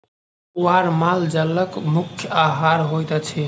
पुआर माल जालक मुख्य आहार होइत अछि